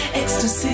ecstasy